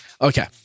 Okay